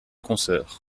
concerts